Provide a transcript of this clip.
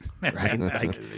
Right